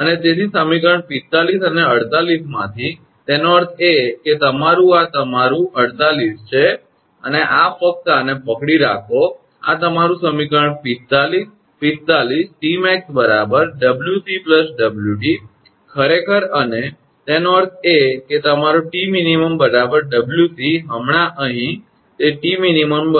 અને તેથી સમીકરણ 45 અને 48 માંથી તેનો અર્થ એ કે તમારું આ તમારું 48 છે અને આ ફક્ત આને પકડી રાખો આ તમારું સમીકરણ 45 45 𝑇𝑚𝑎𝑥 𝑊𝑐 𝑊𝑑 ખરેખર અને તેનો અર્થ એ કે તમારો 𝑇𝑚𝑖𝑛 𝑊𝑐 હમણાં અહીં તે 𝑇𝑚𝑖𝑛 𝑊𝑐 છે